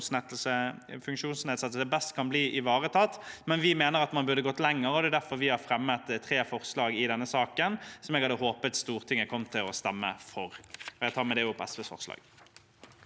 best kan bli ivaretatt, men vi mener at man burde gått lenger, og det er derfor vi har fremmet tre forslag i denne saken, som jeg hadde håpet Stortinget kom til å stemme for. Jeg tar med det opp de forslag